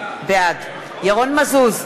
בעד ירון מזוז,